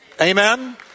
Amen